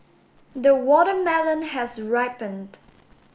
the watermelon has ripened